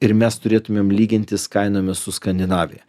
ir mes turėtumėm lygintis kainomis su skandinavija